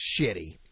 shitty